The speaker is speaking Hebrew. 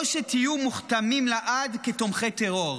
או שתהיו מוכתמים לעד כתומכי טרור.